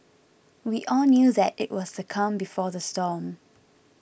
we all knew that it was the calm before the storm